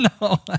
No